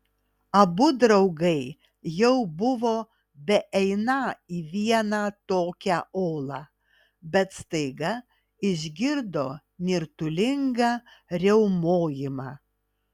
abu draugai jau buvo beeiną į vieną tokią olą bet staiga išgirdo nirtulingą riaumojimą